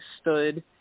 stood